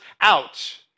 out